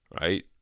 right